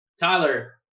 Tyler